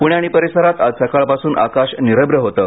पुणे आणि परिसरात आज सकाळपासून आकाश निरभ्र होतं